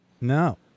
no